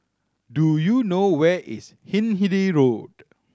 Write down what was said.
do you know where is Hindhede Road